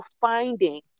finding